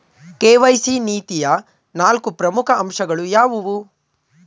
KYC ನೀತಿಯ ನಾಲ್ಕು ಪ್ರಮುಖ ಅಂಶಗಳು ಯಾವುವು?